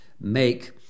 make